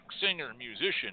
singer-musician